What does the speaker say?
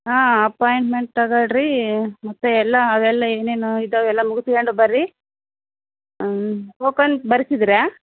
ಹಾಂ ಅಪಾಯಿಂಟ್ಮೆಂಟ್ ತಗೊಳ್ರಿ ಮತ್ತು ಎಲ್ಲ ಅವೆಲ್ಲ ಏನೇನು ಇದ್ದಾವೆ ಎಲ್ಲ ಮುಗಿಸ್ಕೊಂಡು ಬರ್ರೀ ಹ್ಞೂ ಟೋಕನ್ ಬರಿಸಿದ್ರ್ಯಾ